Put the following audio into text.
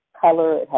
color